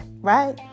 Right